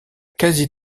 quasi